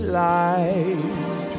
light